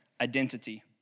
identity